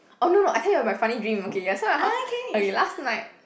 oh no no I tell you about my funny dream okay ya so right hor okay last night